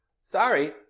sorry